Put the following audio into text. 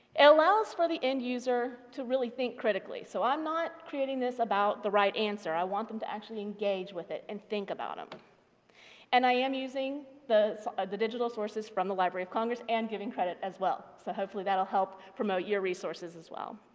allows for the end user to really think critically, so i'm not creating this about the right answer. i want them to actually engage with it and think about them and i am using the ah the digital sources from the library of congress and giving credit as well, so hopefully that will help promote your resources as well.